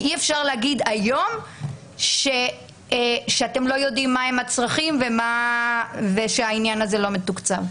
אי-אפשר להגיד היום שאתם לא יודעים מה הצרכים ושהעניין הזה לא מתוקצב.